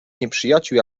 nieprzyjaciół